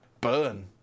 burn